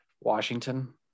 washington